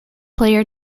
player